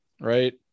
right